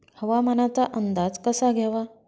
हवामानाचा अंदाज कसा घ्यावा?